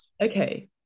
okay